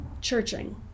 churching